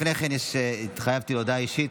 לפני כן התחייבתי, הודעה אישית.